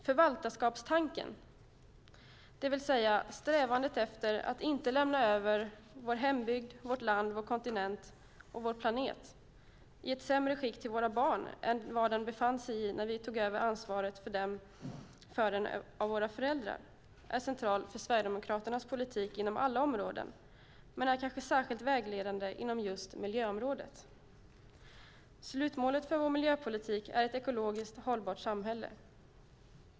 Förvaltarskapstanken, det vill säga strävandet efter att inte lämna över vår hembygd, vårt land, vår kontinent och vår planet i ett sämre skick till våra barn än vad den befann sig i när vi tog över ansvaret för den av våra föräldrar, är central för Sverigedemokraternas politik inom alla områden men är kanske särskilt vägledande inom just miljöområdet. Slutmålet för vår miljöpolitik är ett ekologiskt hållbart samhälle.